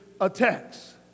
attacks